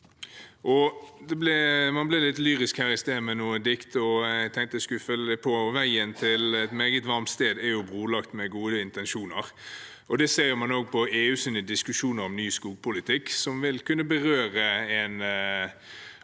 Man ble litt lyrisk her i sted med noen dikt. Jeg tenkte jeg skulle følge opp med å si at veien til et meget varmt sted er brolagt med gode intensjoner. Det ser man også på EUs diskusjoner om ny skogpolitikk, som vil kunne berøre en aktør